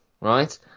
right